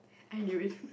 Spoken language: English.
I knew it